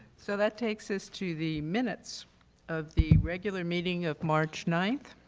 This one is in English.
so that takes us to the minutes of the regular meeting of march nine.